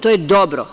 To je dobro.